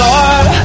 Lord